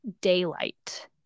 daylight